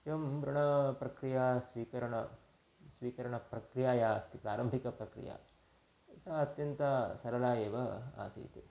एवम् ऋणप्रक्रिया स्वीकरण स्वीकरणप्रक्रिया या अस्ति प्रारम्भिकप्रक्रिया सा अत्यन्तं सरला एव आसीत्